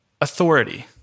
authority